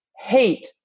hate